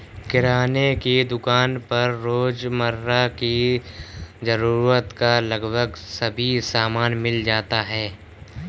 किराने की दुकान पर रोजमर्रा की जरूरत का लगभग सभी सामान मिल जाता है